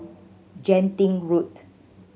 Genting Road